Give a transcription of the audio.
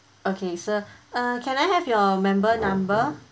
okay sir err can I have your member number